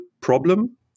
problem